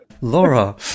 Laura